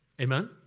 Amen